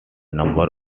number